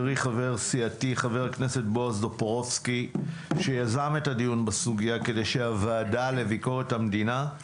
חבר הכנסת טופורובסקי מטפל בסוגיה הכואבת הזו באופן מעמיק,